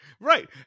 Right